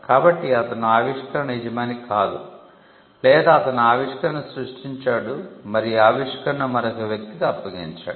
కాబట్టి అతను ఆవిష్కరణ యజమాని కాదు లేదా అతను ఆవిష్కరణను సృష్టించాడు మరియు ఆవిష్కరణను మరొక వ్యక్తికి అప్పగించాడు